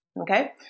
Okay